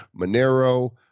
Monero